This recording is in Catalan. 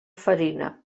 farina